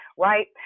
right